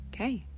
Okay